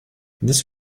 this